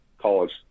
college